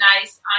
nice